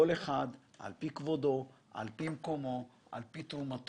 כל אחד על פי כבודו, על פי מקומו, על פי תרומתו.